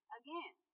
again